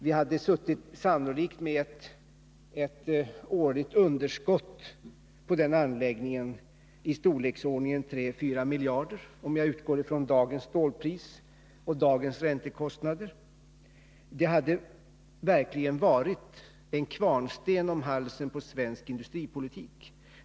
Vi hade sannolikt suttit med ett årligt underskott på den anläggningen i storleksordningen 3-4 miljarder — räknat i dagens stålpriser och dagens räntekostnader. Det hade verkligen varit en kvarnsten om halsen på svensk industripolitik.